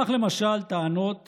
כך למשל טענות